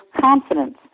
confidence